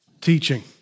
teaching